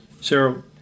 Sarah